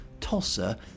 Tulsa